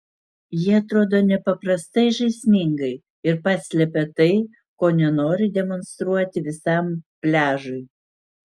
jie atrodo nepaprastai žaismingai ir paslepia tai ko nenori demonstruoti visam pliažui